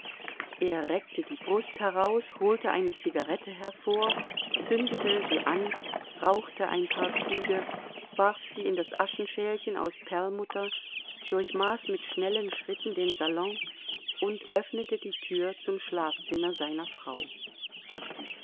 er reckte die brust heraus holte eine zigarette hervor zündete sie an rauchte ein paar züge warf sie in das aschenschälchen aus perlmutter durchmaß mit schnellen schritten den salon und öffnete die tür zum schlafzimmer seiner frau